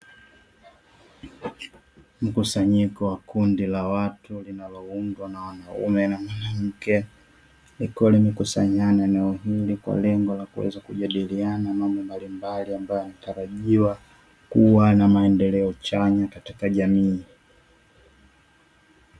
Mkusanyiko wa kundi la watu linaloundwa na wanaume na mwanamke liko limekusanyana eneo hili, kwa lengo la kuweza kujadiliana mambo mbalimbali ambayo yanatarajiwa kuwa na maendeleo chanya katika jamii.